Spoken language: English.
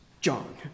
John